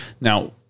Now